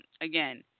again